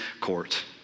court